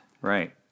right